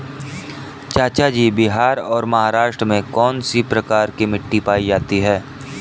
चाचा जी बिहार और महाराष्ट्र में कौन सी प्रकार की मिट्टी पाई जाती है?